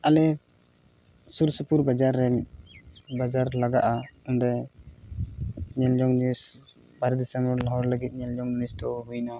ᱟᱞᱮ ᱥᱩᱨ ᱥᱩᱯᱩᱨ ᱵᱟᱡᱟᱨ ᱨᱮᱱ ᱵᱟᱡᱟᱨ ᱞᱟᱜᱟᱜᱼᱟ ᱚᱸᱰᱮ ᱧᱮᱞ ᱡᱚᱝ ᱡᱤᱱᱤᱥ ᱵᱟᱦᱨᱮ ᱫᱤᱥᱚᱢ ᱦᱚᱲ ᱞᱟᱹᱜᱤᱫ ᱧᱮᱞ ᱡᱚᱝ ᱡᱤᱱᱤᱥ ᱫᱚ ᱦᱩᱭᱱᱟ